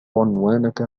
عنوانك